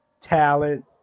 talent